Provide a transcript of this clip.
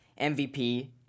mvp